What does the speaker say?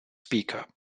speaker